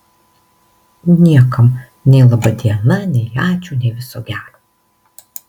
niekam nei laba diena nei ačiū nei viso gero